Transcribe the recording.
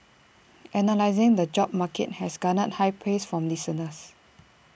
analysing the job market has garnered high praise from listeners